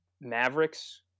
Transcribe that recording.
Mavericks